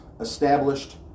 established